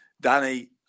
Danny